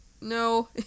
no